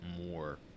more